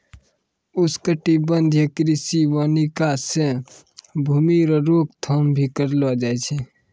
उष्णकटिबंधीय कृषि वानिकी से भूमी रो रोक थाम भी करलो जाय छै